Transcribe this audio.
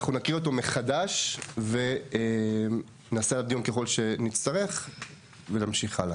אנחנו נקריא אותו מחדש ונעשה עליו דיון ככל שנצטרך ונמשיך הלאה.